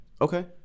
Okay